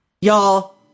y'all